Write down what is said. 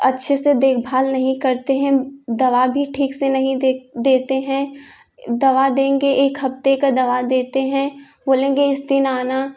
अच्छे से देखभाल नहीं करते हैं दवा भी ठीक से नहीं दे देते हैं दवा देंगे एक हफ्ते का दवा देते हैं बोलेंगे इस दिन आना